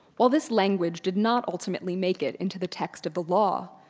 while this language did not ultimately make it into the text of the law,